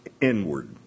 inward